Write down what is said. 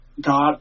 God